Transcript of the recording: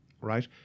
right